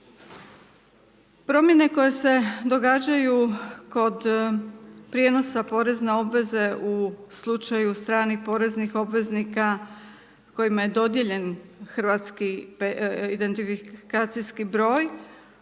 Promjene koje se događaju kod prijenosa porezne obveze u slučaju strani poreznih obveznika kojima je dodijeljen porezni identifikacijski broj